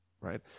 right